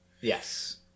Yes